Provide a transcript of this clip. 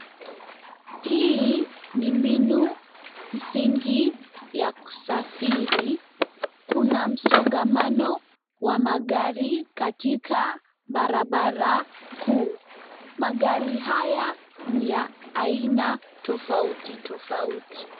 Hii ni mbinu msingi ya kusafiri. Kuna msongamano wa magari katika barabara kuu. Magari haya ni ya aina tofauti.